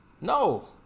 No